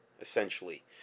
essentially